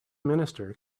minister